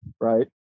right